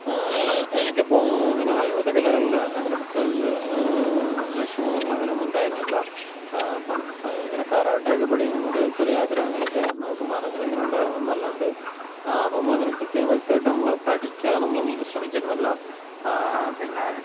എനിക്കിപ്പോൾ ഇങ്ങനെ ആയോധകലകളില് അങ്ങനെ പ്രത്യേകിച്ച് ലക്ഷ്യബോധങ്ങള് അങ്ങനെ ഒന്നും ഉണ്ടായിരുന്നില്ല പണ്ട് അങ്ങനെ കരാട്ടേയൊക്കെ പഠിക്കണന്നൊരു ചെറിയ ആഗ്രഹങ്ങളൊക്കെ നമുക്ക് മനസ്സിലിങ്ങനെ ഉണ്ടായിരുന്നു എന്നല്ലാണ്ട് അതൊന്നും അങ്ങനെ കൃത്യം വ്യക്തായിട്ട് നമ്മള് പഠിക്കാനൊന്നും ശ്രമിച്ചിരുന്നില്ല പിന്നെ